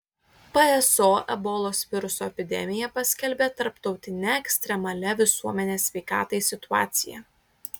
pso ebolos viruso epidemiją paskelbė tarptautine ekstremalia visuomenės sveikatai situacija